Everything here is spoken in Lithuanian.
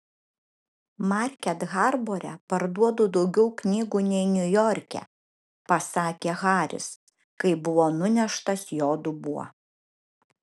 market harbore parduodu daugiau knygų nei niujorke pasakė haris kai buvo nuneštas jo dubuo